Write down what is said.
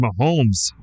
Mahomes